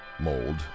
mold